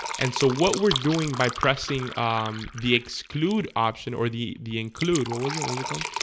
and so what we're doing by pressing the exclude option or the the include. what was it was it called